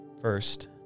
First